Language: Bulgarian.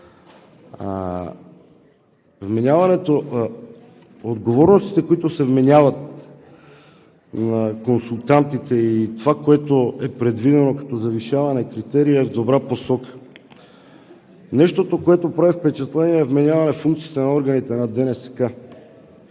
Отговорностите, които се вменяват на консултантите, и това, което е предвидено като завишаване на критерия, е добра посока. Нещото, което прави впечатление, е вменяване функциите на органите на ДНСК.